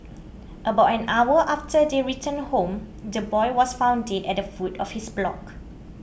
about an hour after they returned home the boy was found dead at the foot of his block